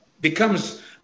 becomes